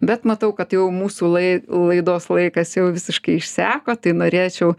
bet matau kad jau mūsų lai laidos laikas jau visiškai išseko tai norėčiau